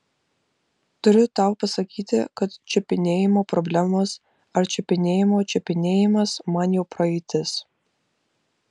turiu tau pasakyti kad čiupinėjimo problemos ar čiupinėjimo čiupinėjimas man jau praeitis